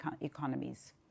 economies